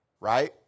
Right